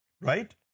right